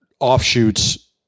Offshoots